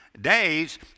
days